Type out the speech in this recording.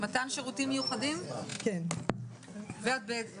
דבר שני זה יצירת דרגה חדשה של 235%. דבר שלישי